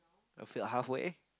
filled halfway